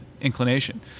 inclination